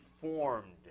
formed